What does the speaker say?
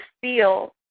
feel